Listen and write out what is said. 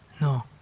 No